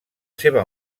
seva